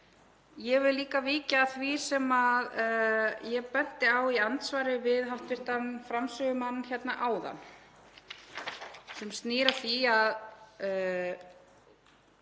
Ég vil líka víkja að því sem ég benti á í andsvari við hv. framsögumann hérna áðan sem snýr að því að